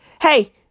hey